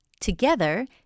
Together